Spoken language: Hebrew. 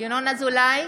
ינון אזולאי,